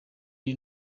ari